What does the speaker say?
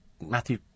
Matthew